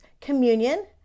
communion